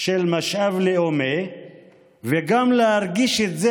של משאב לאומי וגם להרגיש את זה,